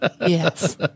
Yes